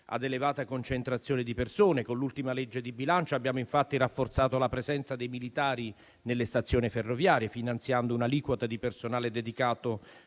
ad elevata concentrazione di persone. Con l'ultima legge di bilancio abbiamo infatti rafforzato la presenza dei militari nelle stazioni ferroviarie, finanziando un'aliquota di personale dedicato